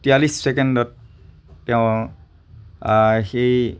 তিয়াল্লিছ ছেকেণ্ডত তেওঁ সেই